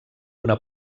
una